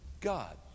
God